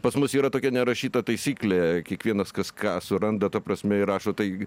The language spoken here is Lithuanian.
pas mus yra tokia nerašyta taisyklė kiekvienas kas ką suranda ta prasme ir rašo tai